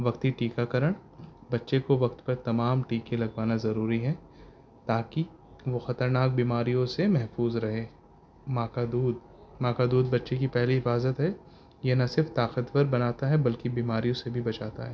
وقتی ٹیک کرن بچے کو وقت پر تمام ٹیکے لگوانا ضروری ہے تاکہ وہ خطرناک بیماریوں سے محفوظ رہے ماںق دود ماںق دود بچے کی پہلی حفاظت ہے نہ صرف طاقتور بناتا ہے بلکہ بیماریوں سے بھی بچاتا ہے